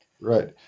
right